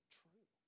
true